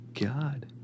god